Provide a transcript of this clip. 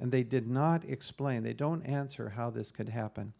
and they did not explain they don't answer how this could happen